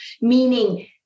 meaning